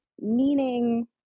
meaning